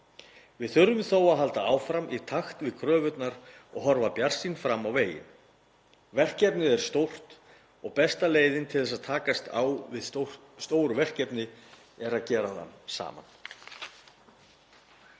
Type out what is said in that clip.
Við þurfum þó að halda áfram í takt við kröfurnar og horfa bjartsýn fram á veginn. Verkefnið er stórt og besta leiðin til að takast á við stór verkefni er að gera það saman.